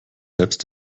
selbst